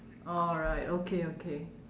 alright okay okay